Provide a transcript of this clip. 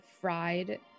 fried